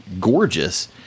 gorgeous